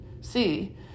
see